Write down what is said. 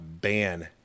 ban